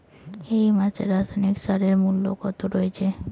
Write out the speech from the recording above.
এই মাসে রাসায়নিক সারের মূল্য কত রয়েছে?